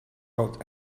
got